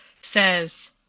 says